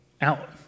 out